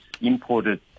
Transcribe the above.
imported